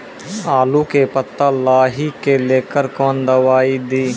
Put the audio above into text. आलू के पत्ता लाही के लेकर कौन दवाई दी?